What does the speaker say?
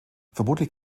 vermutlich